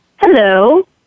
Hello